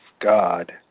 God